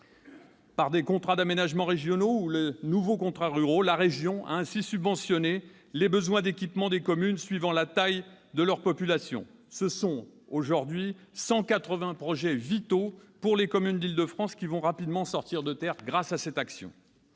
Par des contrats d'aménagement régionaux ou les nouveaux contrats ruraux, la région a ainsi subventionné les besoins d'équipements des communes suivant la taille de leur population. Ce sont 180 projets vitaux pour les communes d'Île-de-France qui vont rapidement sortir de terre grâce à cette action.